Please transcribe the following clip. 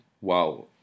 Wow